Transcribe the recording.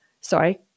sorry